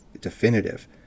definitive